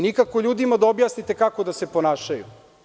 Nikako ljudima da objasnite kako da se ponašaju.